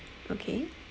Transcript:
okay